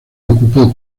ocupó